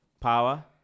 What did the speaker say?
power